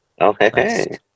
Okay